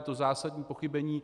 Je to zásadní pochybení.